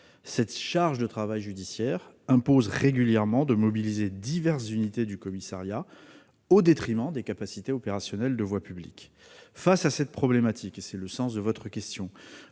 Cette charge de travail « judiciaire » impose régulièrement de mobiliser diverses unités du commissariat, au détriment des capacités opérationnelles de voie publique. Face à cette problématique, et c'est le sens de votre question,